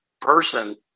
person